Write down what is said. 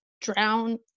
drown